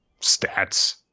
stats